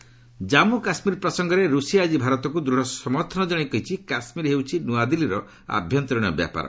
Russia ଜେଆଣ୍ଡକେ ଜାମ୍ମୁ କାଶ୍କୀର ପ୍ରସଙ୍ଗରେ Russia ଆକି ଭାରତକୁ ଦୃଢ଼ ସମର୍ଥନ ଜଣାଇ କହିଛି କାଶ୍ମୀର ହେଉଛି ନୂଆଦିଲ୍ଲୀର ଆଭ୍ୟନ୍ତରୀଣ ବ୍ୟାପାର